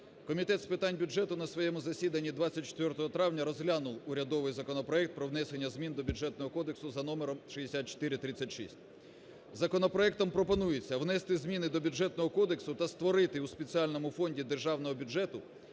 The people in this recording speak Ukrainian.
Комітет з питань бюджету на своєму засіданні 24 травня розглянув урядовий законопроект про внесення змін до Бюджетного кодексу за номером 6436. Законопроектом пропонується внести зміни до Бюджетного кодексу та створити у спеціальному фонді державного бюджету